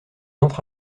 entre